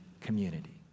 community